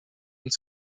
und